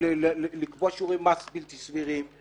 לקבוע שיעורי מס בלתי סבירים;